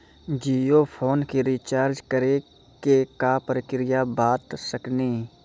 Jio phone के recharge करे के का प्रक्रिया बता साकिनी का?